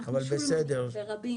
אנחנו "שולמנים" ברבים.